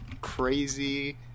crazy